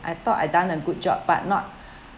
I thought I'd done a good job but not